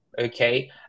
okay